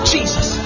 Jesus